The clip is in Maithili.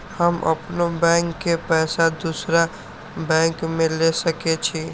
हम अपनों बैंक के पैसा दुसरा बैंक में ले सके छी?